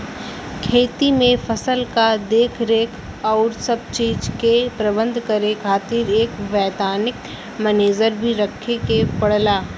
खेती में फसल क देखरेख आउर सब चीज के प्रबंध करे खातिर एक वैतनिक मनेजर भी रखे के पड़ला